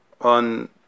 on